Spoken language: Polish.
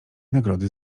nagrody